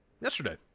yesterday